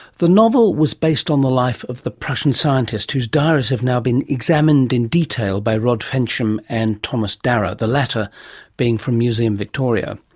the novel was based on the life of the prussian scientist whose diaries have now been examined in detail by rod fensham and thomas darragh, the latter being from museum victoria.